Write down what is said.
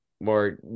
more